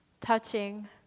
touching